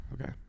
Okay